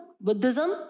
Buddhism